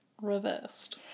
reversed